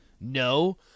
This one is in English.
no